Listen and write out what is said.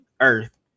earth